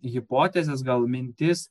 hipotezes gal mintis